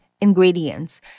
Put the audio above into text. ingredients